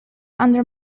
under